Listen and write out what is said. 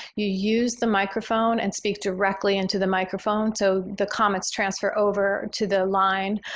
you use the microphone and speak directly into the microphone. so the comment is transfer over to the line